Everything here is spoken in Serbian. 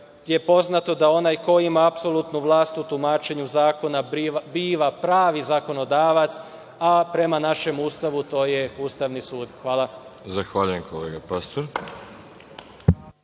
je poznato da onaj ko ima apsolutnu vlast u tumačenju zakona biva pravi zakonodavac, a prema našem Ustavu to je Ustavni sud. Hvala. **Veroljub Arsić**